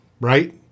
Right